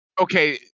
okay